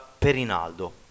Perinaldo